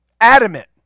Adamant